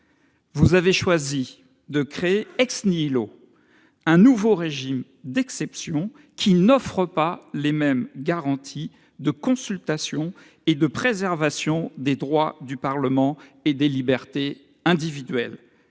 Vous avez choisi de créer un nouveau régime d'exception, qui n'offre pas les mêmes garanties de consultation et de préservation des droits du Parlement et des libertés individuelles.